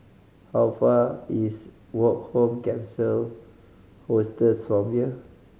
how far is Woke Home Capsule Hostel from here